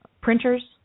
printers